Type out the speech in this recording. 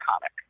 comic